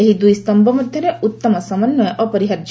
ଏହି ଦୁଇ ସ୍ତମ୍ଭ ମଧ୍ୟରେ ଉତ୍ତମ ସମନ୍ୱୟ ଅପରିହାର୍ଯ୍ୟ